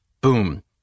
Boom